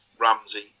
Ramsey